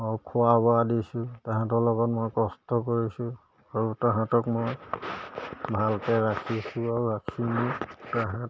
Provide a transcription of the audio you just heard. খোৱা বোৱা দিছোঁ তাহাঁতৰ লগত মই কষ্ট কৰিছোঁ আৰু তাহাঁতক মই ভালকৈ ৰাখিছোঁ আৰু ৰাখিম তাহাঁত